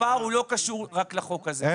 הפער לא קשור רק לחוק הזה.